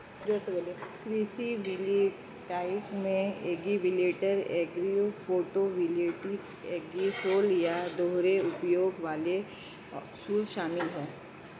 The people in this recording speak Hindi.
कृषि वोल्टेइक में एग्रीवोल्टिक एग्रो फोटोवोल्टिक एग्रीसोल या दोहरे उपयोग वाले सौर शामिल है